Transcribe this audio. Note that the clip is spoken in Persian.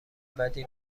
بدی